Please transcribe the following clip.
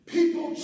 people